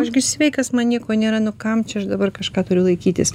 aš gi sveikas man nieko nėra nu kam čia aš dabar kažką turiu laikytis